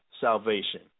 salvation